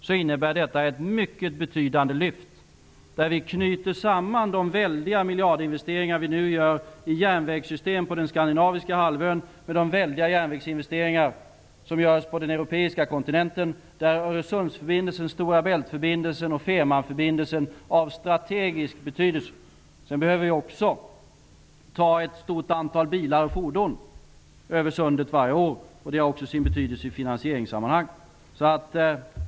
Detta innebär ett mycket betydande lyft, där vi knyter samman de väldiga miljardinvesteringar vi nu gör i järnvägssystem på den skandinaviska halvön med de väldiga järnvägsinvesteringar som görs på den europeiska kontinenten. Öresundsförbindelsen, Stora Bält-förbindelsen och Fehmarnförbindelsen är här av strategisk betydelse. Vi behöver också ta ett stort antal bilar och fordon över sundet varje år. Det har också sin betydelse i finansieringssammanhang.